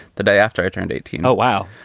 the day after i turned eighteen. oh, wow.